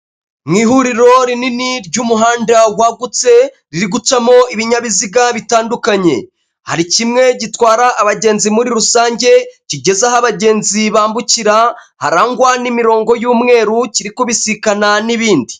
Mu ihuriro rinini ry'umuhanda wagutse riri gucamo ibinyabiziga bitandukanye, hari kimwe gitwara abagenzi muri rusange kigeze aho abagenzi bambukira harangwa n'imirongo y'umweru kirikubisikana n'ibindi.